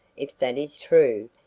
if that is true,